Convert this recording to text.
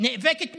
נאבקת מדינה,